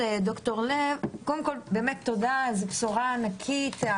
ד"ר לב, תודה, זאת בשורה ענקית.